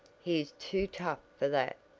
he is too tough for that.